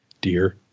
Dear